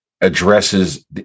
addresses